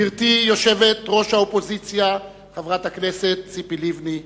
גברתי יושבת-ראש האופוזיציה חברת הכנסת ציפי לבני,